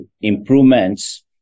improvements